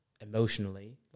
Emotionally